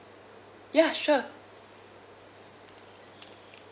ya sure